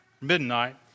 midnight